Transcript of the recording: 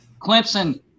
Clemson